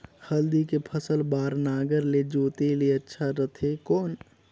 हल्दी के फसल बार नागर ले जोते ले अच्छा रथे कौन?